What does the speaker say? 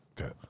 Okay